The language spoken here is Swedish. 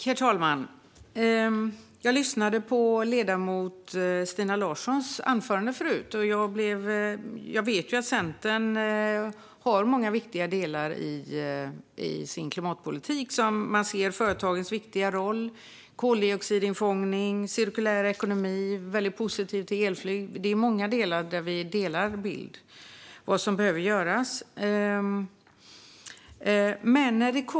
Herr talman! Jag lyssnade på ledamoten Stina Larssons anförande. Jag vet ju att Centern har många viktiga delar i sin klimatpolitik såsom företagens viktiga roll, koldioxidinfångning och cirkulär ekonomi. Man är väldigt positiv till elflyg. Det är många delar där vi har samma bild av vad som behöver göras.